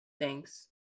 Thanks